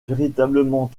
véritablement